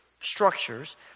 structures